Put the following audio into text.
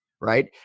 right